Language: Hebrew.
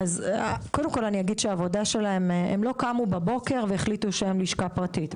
קודם כל אגיד שהם לא קמו בבוקר והחליטו שהם לשכה פרטית.